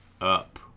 up